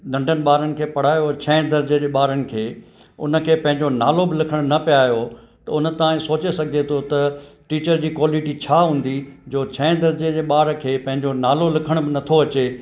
नंढनि ॿारनि खे पढ़ायो छह दर्जे जे ॿारनि खे उन खे पंहिंजो नालो बि लिखण न पिया आहियो त उन ताईं सोचे सघिजे थो त टीचर जी क्वालिटी छा हूंदी जो छह दर्जे जे ॿार खे पंहिंजो नालो लिखण में नथो अचे